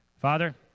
Father